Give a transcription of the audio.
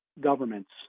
governments